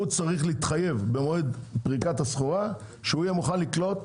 הוא צריך להתחייב במועד פריקת הסחורה שהוא יהיה מוכן לקלוט